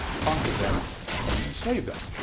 conquer them and enslave them.